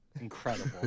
Incredible